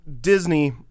Disney